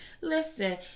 Listen